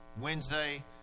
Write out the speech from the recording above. Wednesday